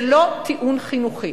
זה לא טיעון חינוכי.